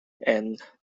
and